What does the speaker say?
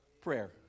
prayer